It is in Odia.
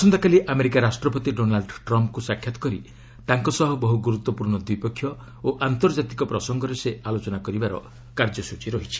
ଆସନ୍ତାକାଲି ଆମେରିକା ରାଷ୍ଟ୍ରପତି ଡୋନାଲୁ ଟ୍ରମ୍ଫ୍ଙ୍କ ସାକ୍ଷାତ୍ କରି ତାଙ୍କ ସହ ବହୁ ଗୁରୁତ୍ୱପୂର୍ଣ୍ଣ ଦ୍ୱିପକ୍ଷିୟ ଓ ଆନ୍ତର୍ଜାତିକ ପ୍ରସଙ୍ଗରେ ସେ ଆଲୋଚନା କରିବାର କାର୍ଯ୍ୟସ୍ତୀ ରହିଛି